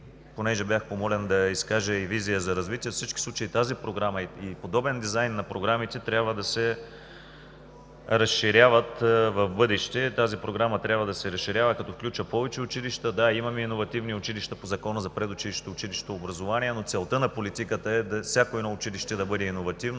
Понеже бях помолен да изкажа и визия за развитие, във всички случаи тази програма и подобен дизайн на програмите трябва да се разширяват в бъдеще. Тази програма трябва да се разширява, като включва повече училища. Да, имаме иновативни училища по Закона за предучилищното и училищното образование, но целта на политиката е всяко едно училище да бъде иновативно,